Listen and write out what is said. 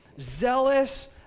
zealous